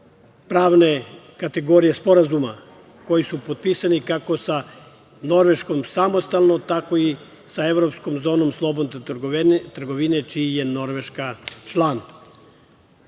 pravne kategorije sporazuma, koji su potpisani kako sa Norveškom samostalno, tako i sa Evropskom zonom slobodne trgovine, čiji je Norveška član. Što